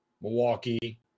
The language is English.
Milwaukee